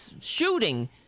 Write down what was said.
shooting